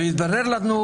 והתברר לנו,